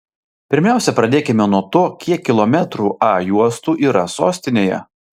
pirmiausia pradėkime nuo to kiek kilometrų a juostų yra sostinėje